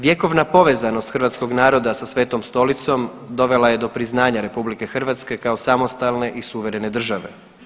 Vjekovna povezanost hrvatskog naroda sa Svetom Stolicom dovela je do priznanja RH kao samostalne i suverene države.